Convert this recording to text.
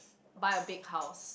buy a big house